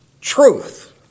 Truth